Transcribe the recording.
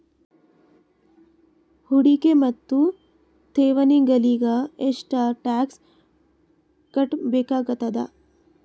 ಹೂಡಿಕೆ ಮತ್ತು ಠೇವಣಿಗಳಿಗ ಎಷ್ಟ ಟಾಕ್ಸ್ ಕಟ್ಟಬೇಕಾಗತದ?